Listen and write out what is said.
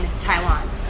Taiwan